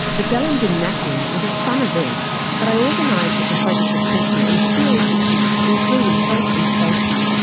the bellingen nap-in was a fun event but i organised it to focus attention on serious issues including health and safety.